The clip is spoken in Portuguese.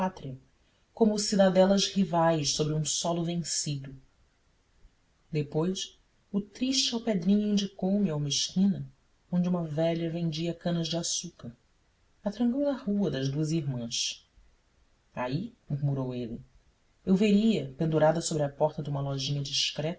pátria como cidadelas rivais sobre um solo vencido depois o triste alpedrinha indicou me a uma esquina onde uma velha vendia canas de açúcar na tranqüila rua das duas irmãs aí murmurou ele eu veria pendurada sobre a porta de uma lojinha discreta